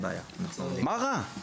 מה רע?